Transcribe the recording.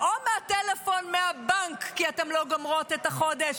או מהטלפון מהבנק כי אתן לא גומרות את החודש,